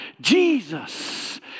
Jesus